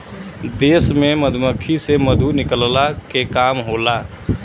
देश में मधुमक्खी से मधु निकलला के काम होला